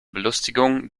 belustigung